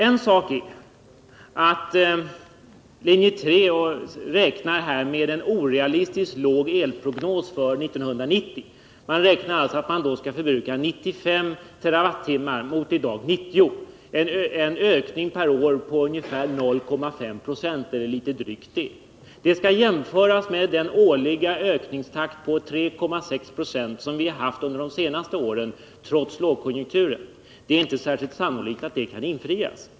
En sak är att linje 3 räknar med en orealistiskt låg elprognos för 1990. Man räknar alltså med att vi då skall förbruka 95 TWh mot i dag 90 — en ökning per år på litet drygt 0,5 26. Det skall jämföras med den årliga ökningstakt på 3,6 26 som vi har haft under de senaste åren trots lågkonjunkturen. Det är inte särskilt sannolikt att den prognosen kan infrias.